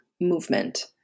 movement